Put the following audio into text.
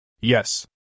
Yes